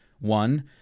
One